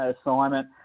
assignment